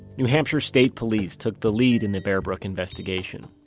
new hampshire state police took the lead in the bear brook investigation.